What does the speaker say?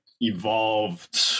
evolved